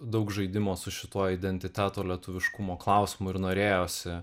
daug žaidimo su šituo identiteto lietuviškumo klausimu ir norėjosi